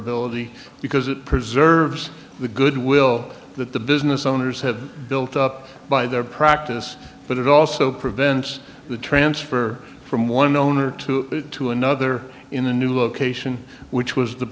transferability because it preserves the good will that the business owners had built up by their practice but it also prevents the transfer from one owner to to another in a new location which was the